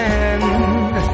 end